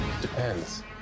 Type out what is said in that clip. Depends